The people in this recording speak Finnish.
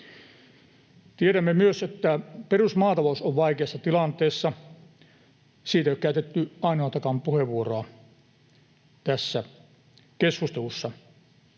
Tiedämme myös, että perusmaatalous on vaikeassa tilanteessa. Siitä ei ole käytetty ainoatakaan puheenvuoroa tässä keskustelussa.